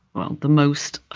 well, the most